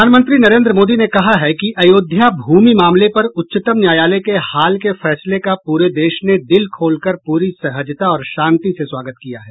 प्रधानमंत्री नरेन्द्र मोदी ने कहा है अयोध्या भूमि मामले पर उच्चतम न्यायालय के हाल के फैसले का पूरे देश ने दिल खोलकर पूरी सहजता और शांति से स्वागत किया है